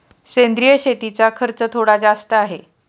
सेंद्रिय शेतीचा खर्च थोडा जास्त आहे